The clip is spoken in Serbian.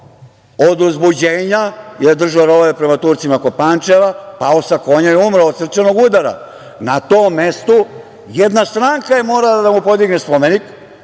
od uzbuđenja, jer je držao rovove prema Turcima kod Pančeva, pao sa konja i umro od srčanog udara. Na tom mestu jedna stranka je morala da mu podigne spomenik,